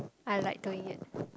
I like doing it